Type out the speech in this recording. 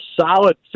solid